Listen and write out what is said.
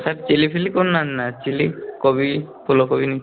sir chilli ଫିଲି କରୁ ନାହାନ୍ତିନା ଚିଲିକୋବି ଫୁଲକୋବି